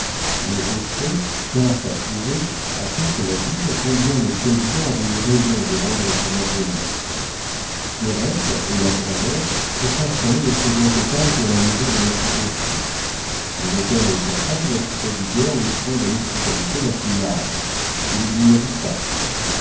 les auffray tinrent à prouver à toute la ville combien le président avait eu raison de rendre son ordonnance pierrette et sa grand'mère furent installées au second étage de la maison de monsieur auffray le notaire et sa femme leur prodiguèrent les soins de l'hospitalité la plus large ils y mirent du faste